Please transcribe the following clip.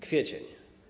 Kwiecień.